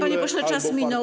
Panie pośle, czas minął.